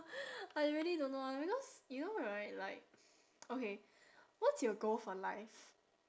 I really don't know ah because you know right like okay what's your goal for life